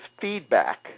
feedback